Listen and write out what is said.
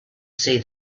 see